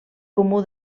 comú